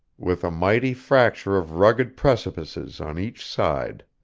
with a mighty fracture of rugged precipices on each side.